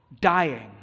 dying